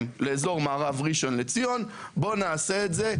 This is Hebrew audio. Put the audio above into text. לאזור מערב ראשון לציון בואו נעשה את זה,